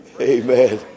Amen